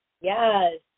Yes